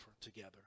together